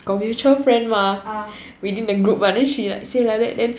got mutual friend mah within the group mah then she like she say like that then